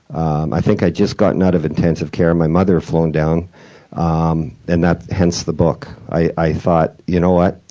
i think i'd just gotten out of intensive care. my mother had flown down um and that hence the book. i thought, you know what?